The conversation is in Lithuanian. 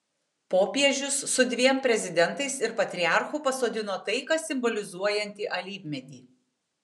popiežius su dviem prezidentais ir patriarchu pasodino taiką simbolizuojantį alyvmedį